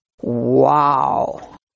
Wow